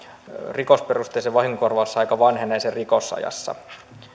rikosperusteisen vahingon korvausaika vanhenee sen rikosajassa